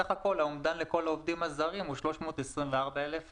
בסך הכול האומדן לכל העובדים הזרים הוא 324,000 עובדים.